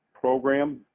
program